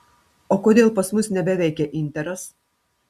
o kodėl pas mus nebeveikia interas